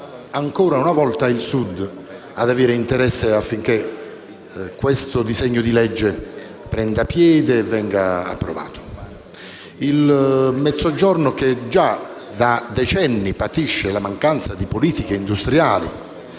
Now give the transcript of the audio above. ancora una volta il Sud ad avere interesse affinché questo disegno di legge prenda piede e venga approvato. Il Mezzogiorno già da decenni patisce la mancanza di politiche industriali